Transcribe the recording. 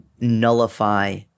nullify